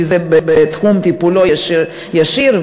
כי זה בתחום טיפולו הישיר,